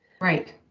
Right